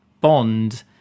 Bond